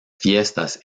fiestas